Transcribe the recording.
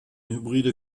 hybride